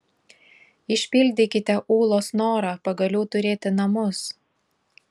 išpildykite ūlos norą pagaliau turėti namus